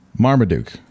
Marmaduke